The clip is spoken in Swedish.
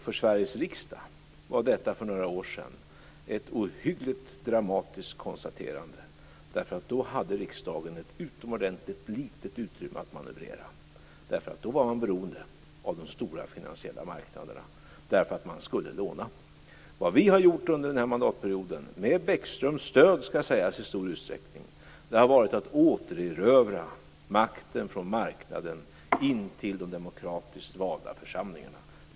För Sveriges riksdag var detta för några år sedan ett ohyggligt dramatiskt konstaterande. Då hade riksdagen nämligen ett utomordentligt litet utrymme att manövrera. Då var man beroende av de stora finansiella marknaderna eftersom man skulle låna. Vad vi har gjort under den här mandatperioden, med Bäckströms stöd skall jag säga, har varit att återerövra makten från marknaden in till de demokratiskt valda församlingarna.